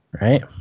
right